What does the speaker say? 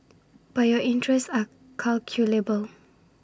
but your interests are calculable